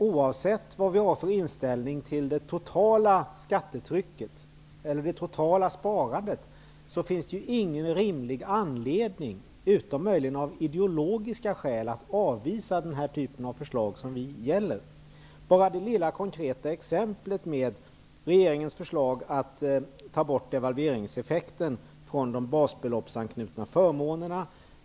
Oavsett vad vi har för inställning till det totala skattetrycket eller till det totala sparandet, finns det ingen rimlig anledning, utom möjligen av ideologiska skäl, att avvisa denna typ av förslag. Ett konkret exempel är regeringens förslag att ta bort devalveringseffekten från de basbeloppsanknutna förmånerna.